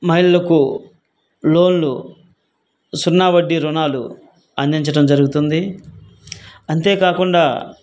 మహిళలకు లోన్లు సున్నా వడ్డీ రుణాలు అందించటం జరుగుతుంది అంతేకాకుండా